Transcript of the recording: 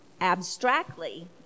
abstractly